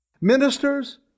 Ministers